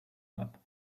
lap